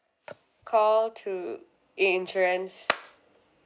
call two i~ insurance